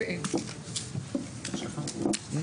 ולמנכ"לי